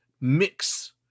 mix